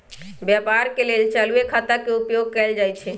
व्यापार के लेल चालूये खता के उपयोग कएल जाइ छइ